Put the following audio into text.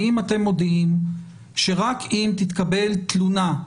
האם אתם מודיעים שרק אם תתקבל תלונה?